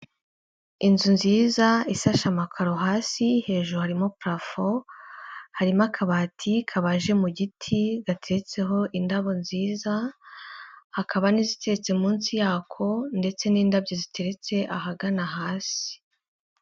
Inzu nziza isashe amakaro hasi hejuru harimo purafo, harimo akabati kabaje mu giti gateretseho indabo nziza, hakaba n'iziteretse munsi yako ndetse n'indabyo ziteretse ahagana hasi.